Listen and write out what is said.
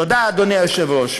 תודה, אדוני היושב-ראש.